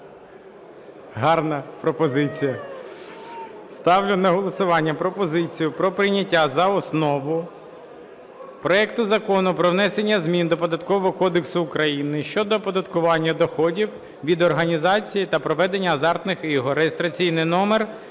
Гарна пропозиція. Ставлю на голосування пропозицію про прийняття за основу проекту Закону про внесення змін до Податкового кодексу України щодо оподаткування доходів від організації та проведення азартних ігор